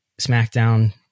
SmackDown